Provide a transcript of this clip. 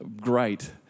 great